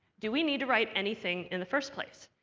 do we need to write anything in the first place?